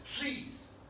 trees